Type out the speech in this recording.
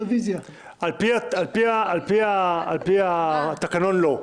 על-פי התקנון - לא.